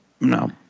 No